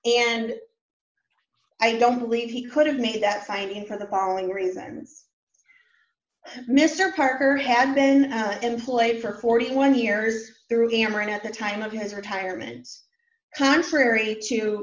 and i don't believe he could have made that signing for the following reasons mr parker had been employed for forty one years through cameron at the time of his retirement contrary to